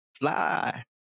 Fly